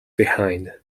behind